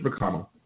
McConnell